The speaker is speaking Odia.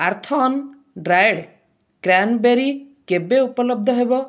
ଆର୍ଥ୍ଅନ୍ ଡ୍ରାଏଡ଼୍ କ୍ରାନ୍ବେରୀ କେବେ ଉପଲବ୍ଧ ହେବ